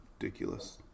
ridiculous